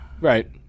Right